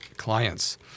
Clients